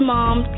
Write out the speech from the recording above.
Mom